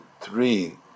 three